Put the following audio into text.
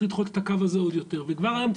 לדחות את הקו הזה עוד יותר וכבר היום,